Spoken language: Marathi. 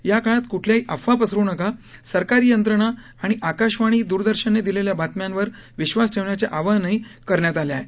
या काळात कठल्याही अफवा पसरव् नका सरकारी यंत्रणा आणि आकाशवाणी दुरदर्शनने दिलेल्या बातम्यांवर विश्वास ठेवण्याचे आवाहन करण्यात आले आहे